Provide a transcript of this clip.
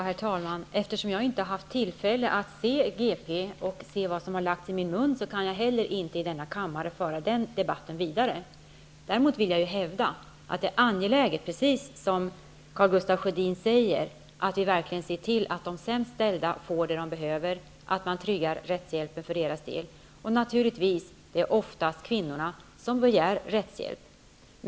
Herr talman! Eftersom jag inte har haft tillfälle att i Göteborgs Posten läsa vad som har lagts i min mun, kan jag i denna kammare inte föra den debatten vidare. Däremot vill jag hävda att det är angeläget, precis som Karl Gustaf Sjödin säger, att vi verkligen ser till att de sämst ställda får det som de behöver och att man tryggar rättshjälpen för deras del. Naturligtvis är det oftast kvinnorna som begär rättshjälp.